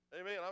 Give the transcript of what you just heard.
Amen